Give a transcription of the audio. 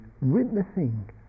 witnessing